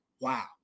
wow